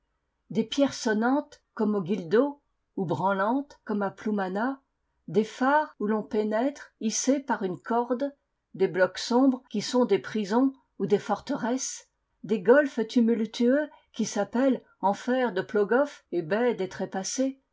des pierres sonnantes comme au guildo ou branlantes comme à ploumanach des phares où l'on pénètre hissé par une corde des blocs sombres qui sont des prisons ou des forteresses des golfes tumultueux qui s'appellent enfer de plogoff et baie des trépassés